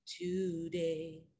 today